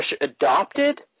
adopted